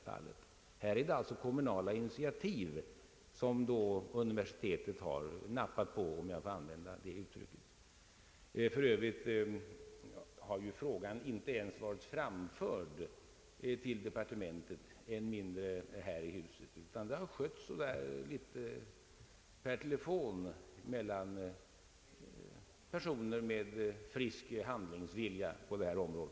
Men här är det alltså kommunala initiativ som universiteten har nappat på — om jag får använda det uttrycket. För övrigt har ju frågan inte ens varit framförd till departementet, än mindre här i huset, utan den har skötts per telefon mellan personer med frisk handlingsvilja på detta område.